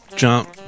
Jump